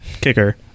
kicker